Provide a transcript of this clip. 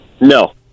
No